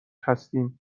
هستیم